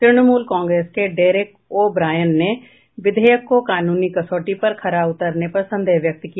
Trinamool Congress के Derek O'Brien ने विधेयक के कानूनी कसौटी पर खरा उतरने पर संदेह व्यक्त किया